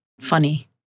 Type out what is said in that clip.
funny